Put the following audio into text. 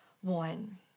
one